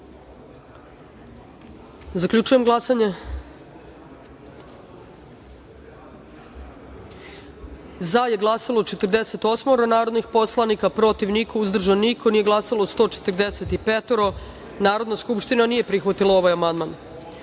amandman. Zaključujem glasanje: za je glasalo – 47 narodnih poslanika, protiv – niko, uzdržan – niko, nije glasalo – 147.Narodna skupština nije prihvatila ovaj amandman. Na